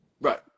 Right